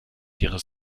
ihres